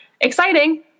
exciting